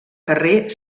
carrer